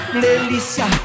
delícia